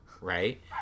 right